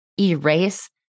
erase